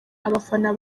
abafana